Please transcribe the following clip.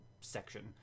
section